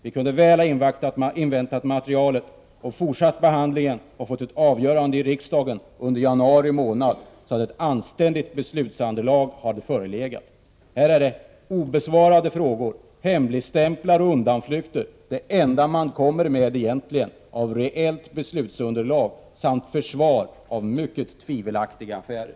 Vi kunde mycket väl ha inväntat materialet, fortsatt behandlingen och fått ett avgörande i riksdagen under januari månad, då ett anständigt beslutsunderlag kunde ha förelegat. Obesvarade frågor, hemligstämplar och undanflykter är egentligen det enda som man kommer med i fråga om reellt beslutsunderlag, förutom försvar av mycket tvivelaktiga affärer.